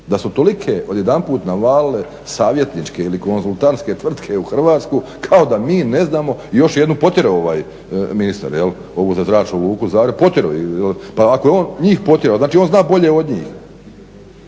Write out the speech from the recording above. da su tolike odjedanput navalile, savjetničke ili konzultantske tvrtke u Hrvatsku kao da mi ne znamo, još je jednu potjerao ministar, ovu za Zračnu luku Zagreb, potjero ju je. Pa ako je on njih potjero, znači on zna bolje od njih.